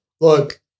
Look